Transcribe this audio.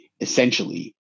essentially